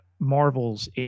Marvel's